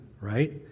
right